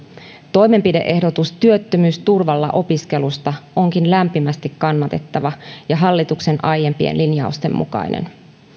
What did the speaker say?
toimenpide ehdotus työttömyysturvalla opiskelusta onkin lämpimästi kannatettava ja hallituksen aiempien linjausten mukainen